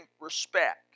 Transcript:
respect